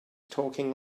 talking